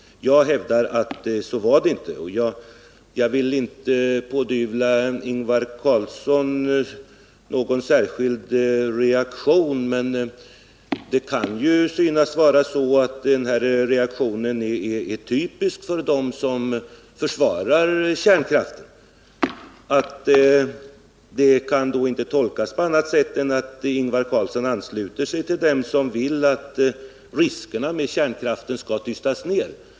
Jag hävdar att den inte var det. Jag vill inte pådyvla Ingvar Carlsson någon särskild reaktion, men reaktionen på den här uppgiften kan synas vara typisk för dem som försvarar kärnkraften. Reaktionen kan i varje fall inte tolkas på annat sätt än att Ingvar Carlsson ansluter sig till dem som vill att riskerna med kärnkraften skall tystas ner.